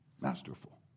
masterful